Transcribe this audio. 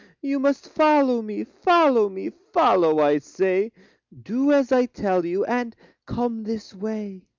you must follow me, follow me, follow, i say do as i tell you, and come this way.